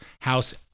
house